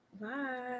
Bye